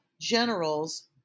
generals